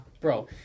Bro